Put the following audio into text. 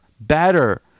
better